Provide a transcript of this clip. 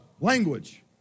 language